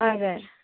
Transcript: हजुर